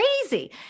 crazy